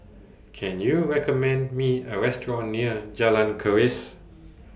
Can YOU recommend Me A Restaurant near Jalan Keris